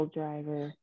driver